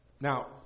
Now